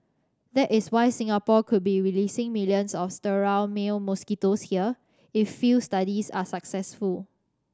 that is why Singapore could be releasing millions of sterile male mosquitoes here if field studies are successful